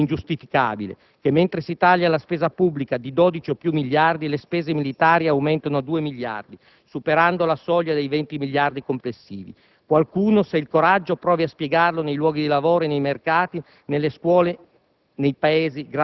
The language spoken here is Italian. Allo stesso modo è ingiustificabile che mentre si taglia la spesa pubblica di 12 o più miliardi, le spese militari aumentino di 2 miliardi, superando la soglia dei 20 miliardi complessivi. Qualcuno, se ha il coraggio, provi a spiegarlo nei luoghi di lavoro e nei mercati, nelle scuole,